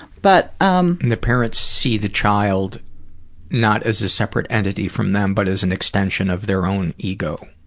but um and the parents see the child not as a separate entity from them but as an extension of their own ego.